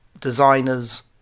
designers